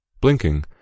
Blinking